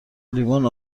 لیوان